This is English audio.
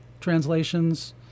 translations